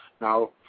Now